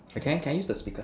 okay can use the